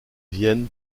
vienne